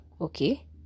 okay